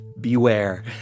Beware